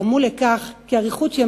גרמו לכך שאריכות ימים,